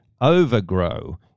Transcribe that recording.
overgrow